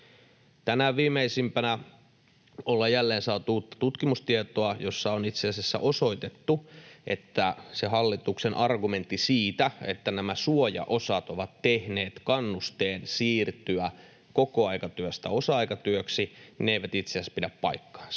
Tänään viimeisimpänä on jälleen saatu uutta tutkimustietoa, jossa on itse asiassa osoitettu, että hallituksen argumentti siitä, että nämä suojaosat ovat tehneet kannusteen siirtyä kokoaikatyöstä osa-aikatyöhön, ei itse asiassa pidä paikkaansa.